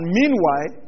meanwhile